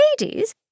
ladies